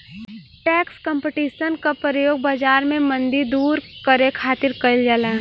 tax competition क प्रयोग बाजार में मंदी दूर करे खातिर कइल जाला